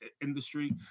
industry